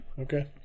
Okay